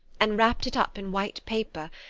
and wrapped it up in white paper,